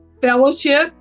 fellowship